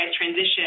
transition